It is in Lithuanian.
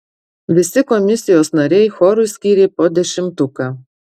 visi komisijos nariai chorui skyrė po dešimtuką